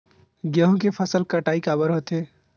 गेहूं के फसल कटाई काबर होथे?